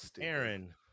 aaron